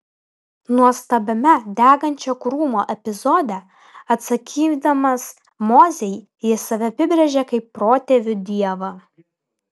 nuostabiame degančio krūmo epizode atsakydamas mozei jis save apibrėžia kaip protėvių dievą